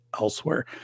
elsewhere